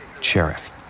Sheriff